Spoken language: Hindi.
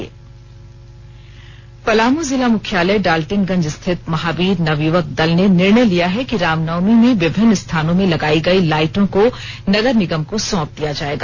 से प्रेश के पलामू जिला मुख्यालय डाल्टेनगंज स्थित महावीर नवयूवक दल ने निर्णय लिया है कि रामनवमी में विभिन्न स्थानों में लगाई गई लाईटों को नगर निगम को सौंप दिया जाएगा